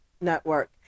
Network